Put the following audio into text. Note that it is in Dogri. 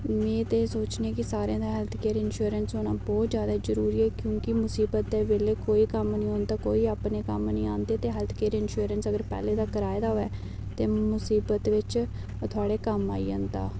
में ते सोचनी कि सारे दा हैल्थ केयर इंश्योरैंश होना बहुत ज्यादा जरुरी ऐ क्योंकि मुसीबत दे बेल्लै कोई कम्म नेईं औंदा कोई अपने कम्म नेईं औंदे ते हैल्थ केयर इंश्योरैंश पैहलें दा कराए दा होऐ ते मुसीबत बिच थुआढ़े कम आई जंदा